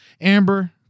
amber